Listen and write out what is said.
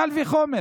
קל וחומר